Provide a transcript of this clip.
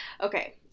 okay